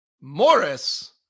Morris